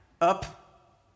up